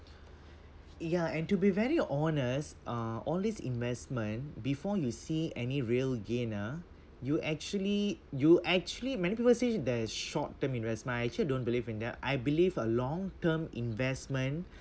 ya and to be very honest uh all these investment before you see any real gain ah you actually you actually many people say that short term investment I actually don't believe in that I believe a long term investment